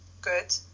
Good